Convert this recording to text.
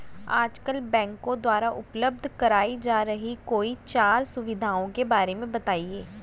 आजकल बैंकों द्वारा उपलब्ध कराई जा रही कोई चार सुविधाओं के बारे में बताइए?